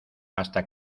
hasta